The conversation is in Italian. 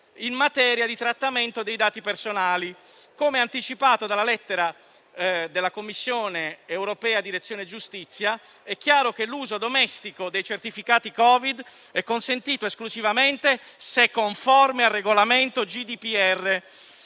in materia di trattamento dei dati personali. Come anticipato dalla lettera della Commissione europea, Direzione giustizia e consumatori, è chiaro che l'uso domestico dei certificati Covid è consentito esclusivamente se conforme al regolamento